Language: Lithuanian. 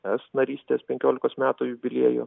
es narystės penkiolikos metų jubiliejų